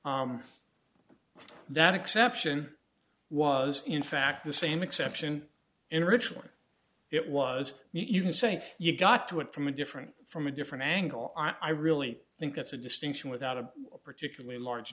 right that exception was in fact the same exception in originally it was you can say you got to it from a different from a different angle i really think that's a distinction without a particularly large